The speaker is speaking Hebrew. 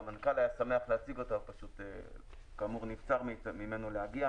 והמנכ"ל היה שמח להציג אותה והוא פשוט כאמור נבצר ממנו להגיע,